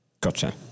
Gotcha